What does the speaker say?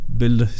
build